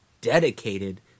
dedicated